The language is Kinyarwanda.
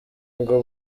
ngo